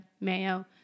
mayo